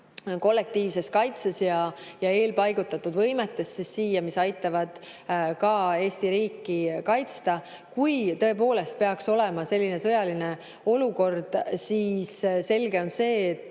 kollektiivses kaitses ja eelpaigutatud võimetes, mis aitavad ka Eesti riiki kaitsta. Kui tõepoolest peaks tekkima selline sõjaline olukord, siis selge on see, et